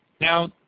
Now